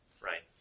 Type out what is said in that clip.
Right